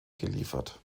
geliefert